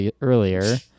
earlier